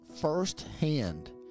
firsthand